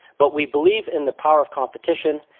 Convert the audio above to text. but we believe in the power of competition.